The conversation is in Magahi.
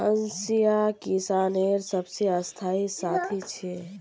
हंसिया किसानेर सबसे स्थाई साथी छे